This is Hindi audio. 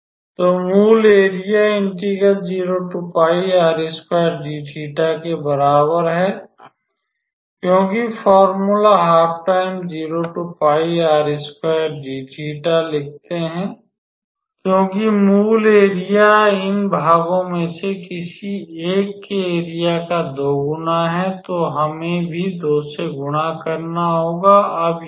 तो मूल एरिया के बराबर है क्योंकि फॉर्मूला लिखते हैं क्योंकि मूल एरिया इन भागों में से किसी एक के एरिया का 2 गुना है तो हमें भी 2 से गुणा करना होगा अब यहाँ